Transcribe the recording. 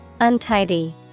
Untidy